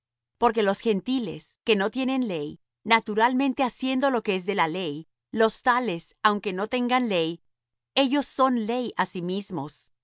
porque los gentiles que no tienen ley naturalmente haciendo lo que es de la ley los tales aunque no tengan ley ellos son ley á sí mismos